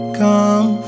come